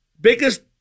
biggest